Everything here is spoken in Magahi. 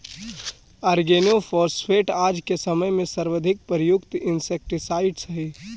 ऑर्गेनोफॉस्फेट आज के समय में सर्वाधिक प्रयुक्त इंसेक्टिसाइट्स् हई